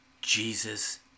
Jesus